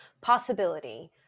possibility